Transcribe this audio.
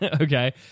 Okay